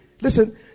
Listen